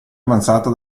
avanzata